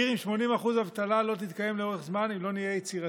עיר עם 80% אבטלה לא תתקיים לאורך זמן אם לא נהיה יצירתיים.